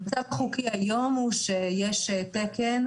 המצב החוקי היום הוא שיש תקן